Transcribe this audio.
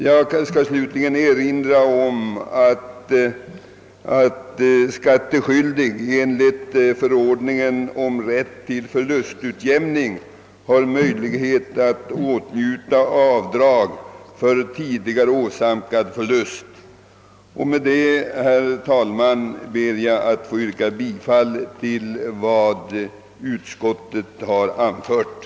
Jag skall slutligen erinra om att skattskyldig enligt förordningen om rätt till förlustutjämning har möjlighet att åtnjuta avdrag för tidigare åsamkad förlust. Med det anförda, herr talman, ber jag att få yrka bifall till utskottets hemställan.